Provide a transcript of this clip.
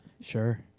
Sure